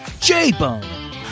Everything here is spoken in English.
J-Bone